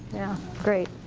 yeah great.